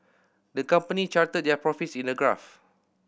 the company charted their profits in a graph